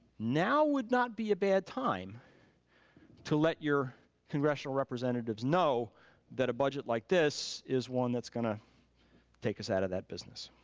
now would not be a bad time to let your congressional representatives know that a budget like this is one that's gonna take us out of that business.